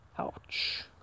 Ouch